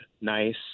nice